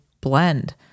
blend